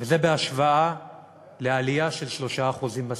וזה בהשוואה לעלייה של 3% בשכר,